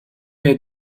der